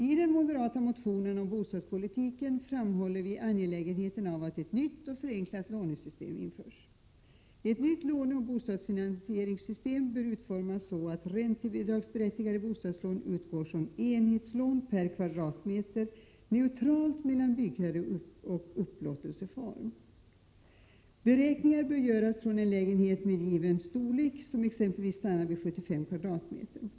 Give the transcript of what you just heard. I den moderata motionen om bostadspolitiken framhåller vi angelägenheten av att ett nytt och förenklat lånesystem införs. Ett nytt låneoch bostadsfinansieringssystem bör utformas så att räntebidragsberättigade bostadslån utgår som enhetslån per kvadratmeter neutralt mellan byggherre och upplåtelseformer. Beräkningar bör göras med utgångspunkt i en lägenhet med given storlek, exempelvis 75 m?.